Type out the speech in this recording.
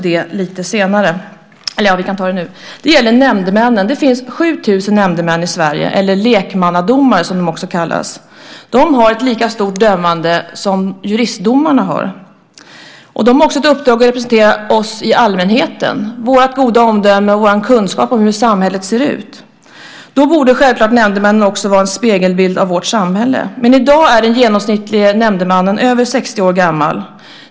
Det gäller nämndemännen. I Sverige finns 7 000 nämndemän, eller lekmannadomare, som de också kallas. De har ett lika stort ansvar för dömandet som juristdomarna. De har även ett uppdrag att representera oss i allmänheten, vårt goda omdöme och vår kunskap om hur samhället ser ut. Då borde nämndemännen självklart också vara en spegelbild av vårt samhälle. I dag är den genomsnittlige nämndemannen över 60 år gammal.